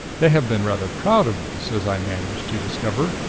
they have been rather proud of this, as i managed to discover,